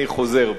אני חוזר בי.